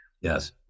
Yes